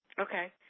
Okay